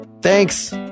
thanks